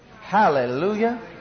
hallelujah